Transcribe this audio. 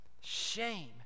Shame